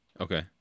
Okay